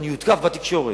אני אותקף בתקשורת,